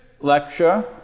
lecture